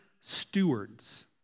stewards